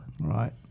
Right